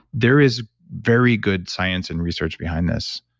there is very good science and research behind this.